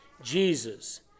Jesus